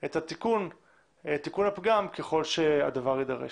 את תיקון הפגם ככל שהדבר יידרש.